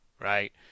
right